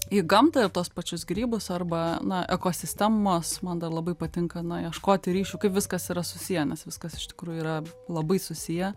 į gamtą ir tuos pačius grybus arba na ekosistemos man dar labai patinka na ieškoti ryšių kaip viskas yra susiję nes viskas iš tikrųjų yra labai susiję